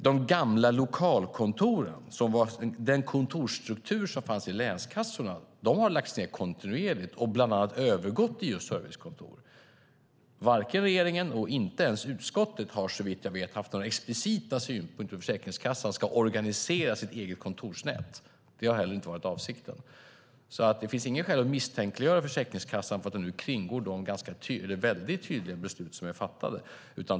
De gamla lokalkontoren, den kontorsstruktur som fanns i länskassorna, har lagts ned kontinuerligt och bland annat övergått i servicekontor. Varken regeringen eller, såvitt jag vet, utskotten har haft några explicita synpunkter på hur Försäkringskassan ska organisera sitt eget kontorsnät. Det har inte heller varit avsikten. Det finns inget skäl att misstänkliggöra Försäkringskassan för att kringgå de tydliga beslut som är fattade.